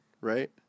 right